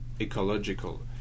ecological